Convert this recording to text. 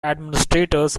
administrators